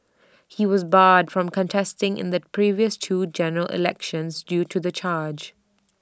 he was barred from contesting in the previous two general elections due to the charge